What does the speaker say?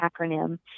acronym